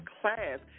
class